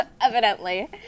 Evidently